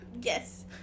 Yes